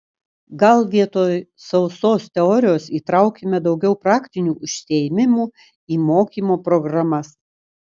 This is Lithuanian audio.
gal vietoj sausos teorijos įtraukime daugiau praktinių užsiėmimų į mokymo programas